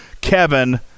Kevin